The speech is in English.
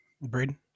Braden